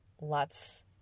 lots